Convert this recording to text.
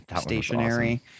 stationary